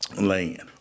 Land